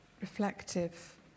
reflective